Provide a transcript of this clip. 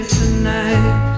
tonight